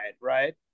right